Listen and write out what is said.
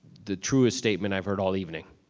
the truest statement i've heard all evening.